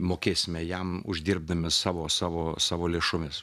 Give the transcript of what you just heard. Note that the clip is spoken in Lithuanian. mokėsime jam uždirbdami savo savo savo lėšomis